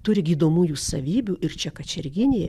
turi gydomųjų savybių ir čia kačerginėje